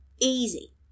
Easy